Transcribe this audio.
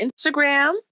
instagram